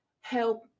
help